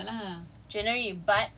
yes next year january